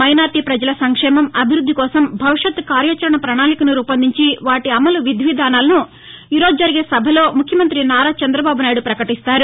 minority ప్రజల సంక్షేమం అభివృద్ది కోసం భవిష్యత్ కార్యాచరణ పణాళికను రూపొందించి వాటి అమలు విధివిధానాలను ఈ రోజు జరిగే సభలో ముఖ్యమంతి నారా చంద్రబాబు నాయుడు పకటిస్తారు